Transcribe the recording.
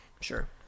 Sure